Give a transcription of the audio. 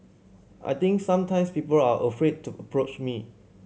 I think sometimes people are afraid to approach me